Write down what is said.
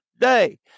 day